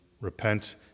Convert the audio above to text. Repent